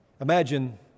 Imagine